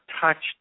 touched